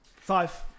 five